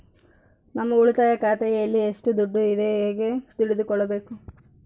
ನಮ್ಮ ಉಳಿತಾಯ ಖಾತೆಯಲ್ಲಿ ಎಷ್ಟು ದುಡ್ಡು ಇದೆ ಹೇಗೆ ತಿಳಿದುಕೊಳ್ಳಬೇಕು?